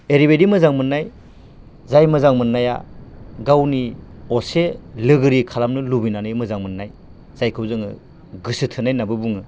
ओरैबादि मोजां मोननाय जाय मोजां मोननाया गावनि असे लोगोरि खालामनो लुबैनानै मोजां मोननाय जायखौ जोङो गोसो थोनाय होननानैबो बुङो